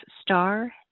star